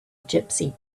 gypsy